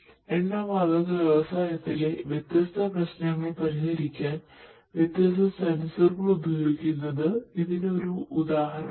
എണ്ണ വാതക വ്യവസായത്തിലെ വ്യത്യസ്ത പ്രശ്നങ്ങൾ പരിഹരിക്കാൻ വ്യത്യസ്ത സെൻസറുകൾ ഉപയോഗിക്കുന്നത് ഇതിനു ഒരു ഉദാഹരണമാണ്